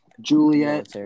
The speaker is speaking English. Juliet